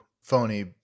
phony